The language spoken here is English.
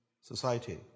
society